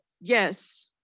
yes